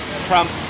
Trump